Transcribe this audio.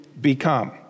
become